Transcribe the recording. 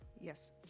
Yes